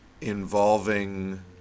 Involving